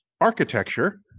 architecture